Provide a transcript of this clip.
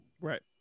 Right